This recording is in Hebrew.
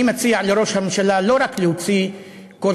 אני מציע לראש הממשלה לא רק להוציא בכל